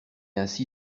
ainsi